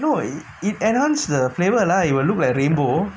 no it it enhanced the flavour lah it will look like rainbow